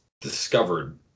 discovered